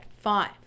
five